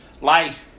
life